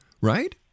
right